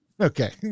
Okay